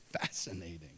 fascinating